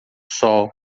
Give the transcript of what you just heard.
sol